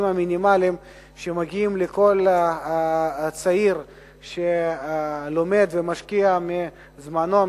מינימליים שמגיעים לכל צעיר שלומד ומשקיע מזמנו,